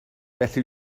felly